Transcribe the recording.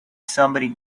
somebody